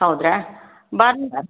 ಹೌದಾ ಬಂದು